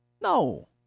No